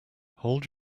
hold